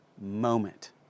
moment